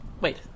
Wait